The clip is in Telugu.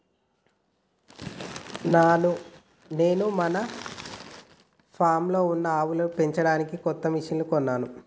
నాను మన ఫామ్లో ఉన్న ఆవులను పెంచడానికి కొత్త మిషిన్లు కొన్నాను